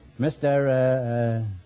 Mr